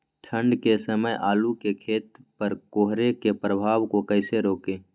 ठंढ के समय आलू के खेत पर कोहरे के प्रभाव को कैसे रोके?